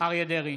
אריה מכלוף דרעי,